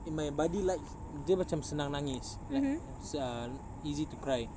eh my buddy like dia macam senang nangis like err easy to cry